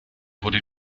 wurde